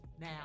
now